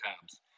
times